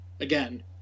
again